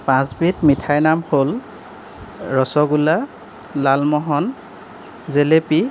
পাঁচবিধ মিঠাইৰ নাম হ'ল ৰসগোল্লা লালমহন জেলেপি